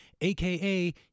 aka